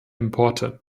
importe